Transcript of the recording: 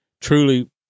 truly